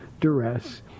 duress